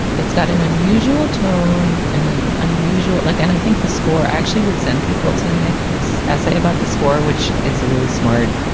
it's got an unusual tone and an unusual look. and i think the score actually would send people to nick's essay about the score, which is really smart.